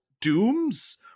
dooms